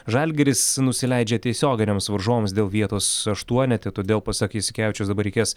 žalgiris nusileidžia tiesioginiams varžovams dėl vietos aštuonete todėl pasakys jasikevičius dabar reikės